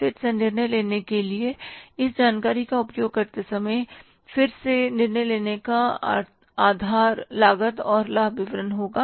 फिर से निर्णय लेने के लिए इस जानकारी का उपयोग करते समय फिर से निर्णय लेने का आधार लागत और लाभ विश्लेषण होगा